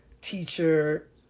teacher